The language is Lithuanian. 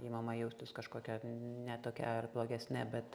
imama jaustis kažkokia ne tokia ar blogesne bet